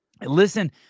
Listen